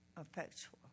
effectual